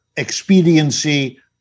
expediency